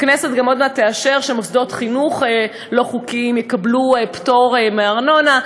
הכנסת גם עוד מעט תאשר שמוסדות חינוך לא חוקיים יקבלו פטור מארנונה,